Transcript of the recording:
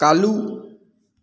ꯀꯥꯜꯂꯨ